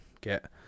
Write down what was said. get